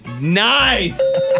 Nice